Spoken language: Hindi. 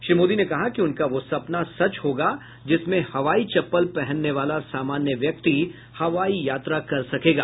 श्री मोदी ने कहा कि उनका वो सपना सच होगा जिसमें हवाई चप्पल पहनने वाला सामान्य व्यक्ति हवाई यात्रा कर सकेगा